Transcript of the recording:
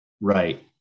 Right